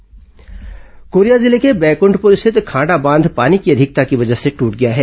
Korea बांध कोरिया जिले के बैक ंठप्र स्थित खांडा बांध पानी की अधिकता की वजह से दूट गया है